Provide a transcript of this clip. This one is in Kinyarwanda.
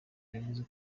yavuze